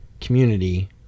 community